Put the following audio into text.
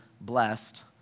blessed